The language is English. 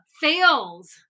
fails